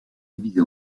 divisée